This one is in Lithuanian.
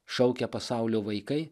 šaukia pasaulio vaikai